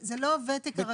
שזה מענק המצוינות.